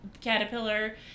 caterpillar